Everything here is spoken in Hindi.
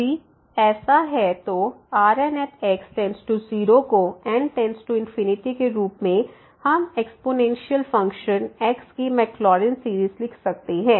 यदि ऐसा है तो Rnx→0 को n→∞ के रूप में हम एक्स्पोनेंशियल फंक्शन x की मैकलॉरिन सीरीज़ लिख सकते हैं